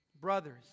Brothers